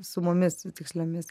sumomis tiksliomis